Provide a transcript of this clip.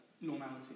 normality